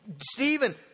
Stephen